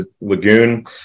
Lagoon